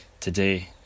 today